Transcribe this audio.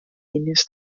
línies